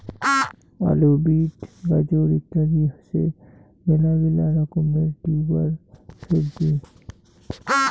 আলু, বিট, গাজর ইত্যাদি হসে মেলাগিলা রকমের টিউবার সবজি